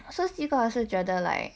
so 西瓜我是觉得 like